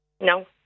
No